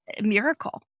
miracle